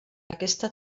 aquesta